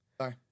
Sorry